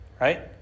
right